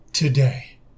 Today